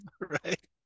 right